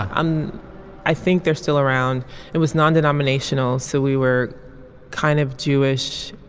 um i think they're still around it was non-denominational so we were kind of jewish